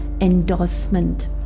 endorsement